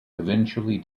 eventually